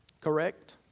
Correct